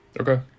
okay